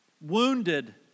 Wounded